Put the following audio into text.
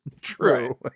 true